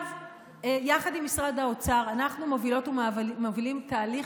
יחד עם משרד האוצר אנחנו מובילות ומובילים תהליך